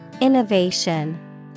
Innovation